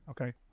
okay